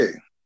Okay